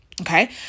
Okay